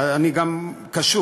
אני גם קשוב: